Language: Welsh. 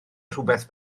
rhywbeth